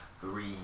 three